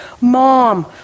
Mom